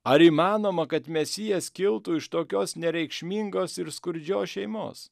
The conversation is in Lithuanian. ar įmanoma kad mesijas kiltų iš tokios nereikšmingos ir skurdžios šeimos